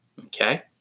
Okay